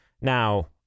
Now